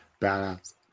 Badass